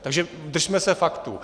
Takže držme se faktů.